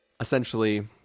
Essentially